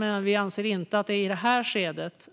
Men vi anser inte att det är i det här skedet